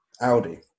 audi